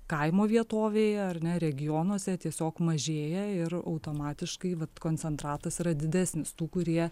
kaimo vietovėje ar ne regionuose tiesiog mažėja ir automatiškai vat koncentratas yra didesnis tų kurie